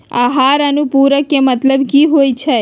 आहार अनुपूरक के मतलब की होइ छई?